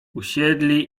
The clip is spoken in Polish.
usiedli